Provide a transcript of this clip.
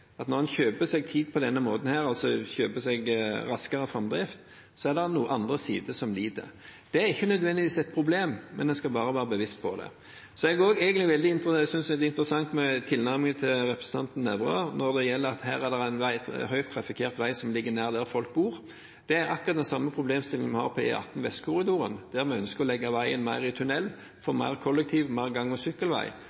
at når en kjøper seg tid på denne måten, altså kjøper seg raskere framdrift, er det andre sider som lider. Det er ikke nødvendigvis et problem, men en skal være bevisst på det. Så synes jeg det er interessant med tilnærmingen til representanten Nævra når det her gjelder en sterkt trafikkert vei som ligger nær der folk bor. Det er akkurat den samme problemstillingen vi har på E18 Vestkorridoren, der vi ønsker å legge veien mer i tunnel,